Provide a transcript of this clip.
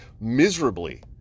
miserably